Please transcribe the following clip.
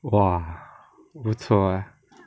!wah! 不错 ah